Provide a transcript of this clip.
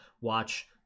watch